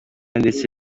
ndetse